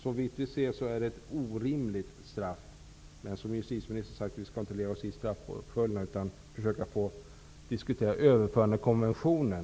Såvitt jag kan se är det ett orimligt straff, men vi skall, som justitieministern har sagt, inte lägga oss i straffpåföljderna utan med kraft försöka diskutera överförandekonventionen.